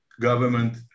government